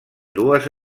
dues